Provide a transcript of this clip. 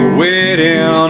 waiting